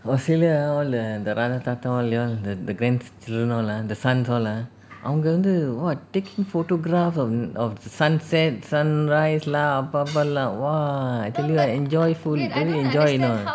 australia ah all the தாத்தா:thatha all the the grand children all ah the sons all ah அவங்க வந்து:avanga vanthu [what] taking photograph of of the sunset sunrise lah lah !wah! I tell you ah enjoy full really enjoy